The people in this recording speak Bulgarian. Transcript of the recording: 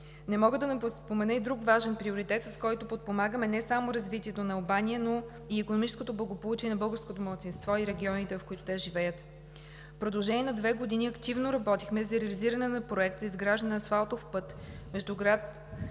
Не мога да не спомена и друг важен приоритет, с който подпомагаме не само развитието на Албания, но и икономическото благополучие на българското малцинство и регионите, в които те живеят. В продължение на две години активно работихме за реализиране на Проект за изграждане на асфалтов път